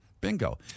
bingo